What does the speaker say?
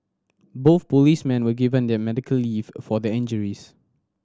both policemen were given the medical leave for their injuries